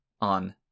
on